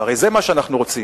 הרי זה מה שאנחנו רוצים.